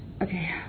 Okay